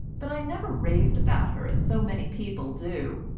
but i never raved about her as so many people do.